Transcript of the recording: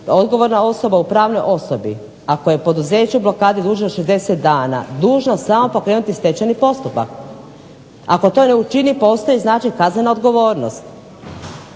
odgovorna osoba u pravnoj osobi ako je poduzeće u blokadi dužno 60 dana dužno samo pokrenuti stečajni postupak. Ako to ne učini postaje kaznena odgovornost.